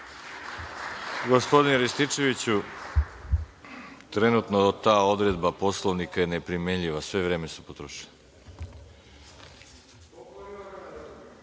Gospodine Rističeviću, trenutno je ta odredba Poslovnika neprimenljiva, sve vreme su potrošili. Reč